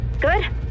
Good